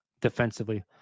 defensively